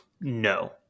No